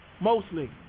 mostly